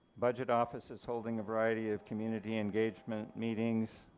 budget office is holding a variety of community engagement meetings,